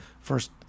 first